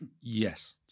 Yes